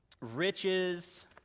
riches